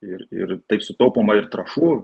ir ir taip sutaupoma ir trąšų